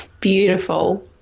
Beautiful